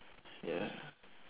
ya